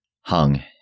hung